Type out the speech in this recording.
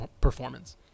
performance